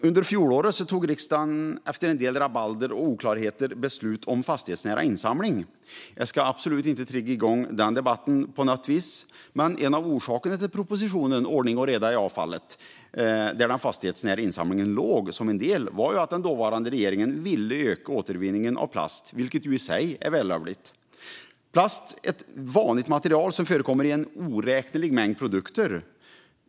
Under fjolåret tog riksdagen efter en del rabalder och oklarheter beslut om fastighetsnära insamling. Jag ska absolut inte trigga igång den debatten på något vis, men en av orsakerna till propositionen Ordning och reda på avfallet , där den fastighetsnära insamlingen låg som en del, var att den dåvarande regeringen ville öka återvinningen av plast, vilket ju i sig är vällovligt. Plast är ett vanligt material som förekommer i en oräknelig mängd produkter.